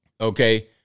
Okay